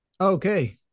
Okay